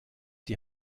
die